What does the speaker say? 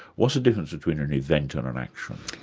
what's the difference between an event and an action?